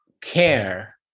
care